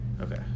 Okay